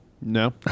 No